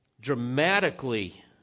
dramatically